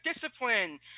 discipline